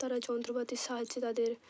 তারা যন্ত্রপাতির সাহায্যে তাদের